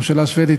הממשלה השבדית,